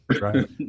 Right